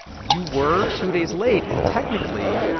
you were two days late. and technically,